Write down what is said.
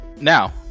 Now